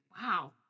Wow